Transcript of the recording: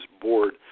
Board